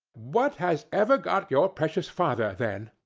what has ever got your precious father then?